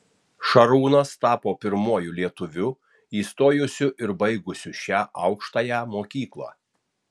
šarūnas tapo pirmuoju lietuviu įstojusiu ir baigusiu šią aukštąją mokyklą